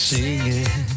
Singing